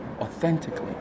authentically